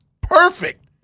perfect